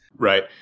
Right